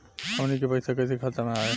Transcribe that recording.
हमन के पईसा कइसे खाता में आय?